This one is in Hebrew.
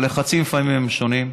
הלחצים הם שונים לפעמים,